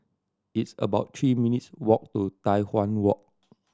it's about three minutes' walk to Tai Hwan Walk